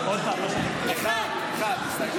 רגע, מירב.